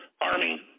Army